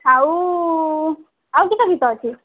ଆଉ ଆଉ କିସ କିସ ଅଛି